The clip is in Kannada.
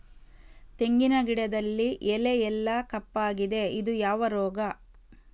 ತೆಂಗಿನ ಗಿಡದಲ್ಲಿ ಎಲೆ ಎಲ್ಲಾ ಕಪ್ಪಾಗಿದೆ ಇದು ಯಾವ ರೋಗ?